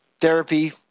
therapy